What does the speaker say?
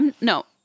No